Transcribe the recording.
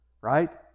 Right